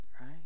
right